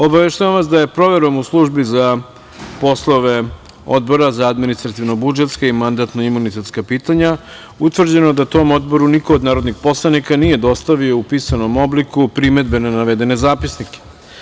Obaveštavam vas da je proverom u Službi za poslove Odbora za administrativno-budžetska i mandatno-imunitetska pitanja utvrđeno da tom Odboru niko od narodnih poslanika nije dostavio u pisanom obliku primedbe na navedene zapisnike.